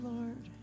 Lord